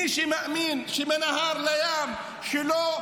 מי שמאמין שמהנהר לים שלו,